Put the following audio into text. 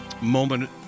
moment